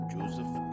Joseph